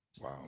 Wow